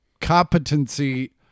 competency